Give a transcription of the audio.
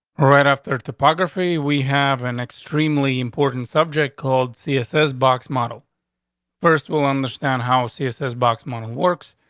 right after topography. we have an extremely important subject called css box model first will understand how css box model works,